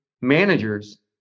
managers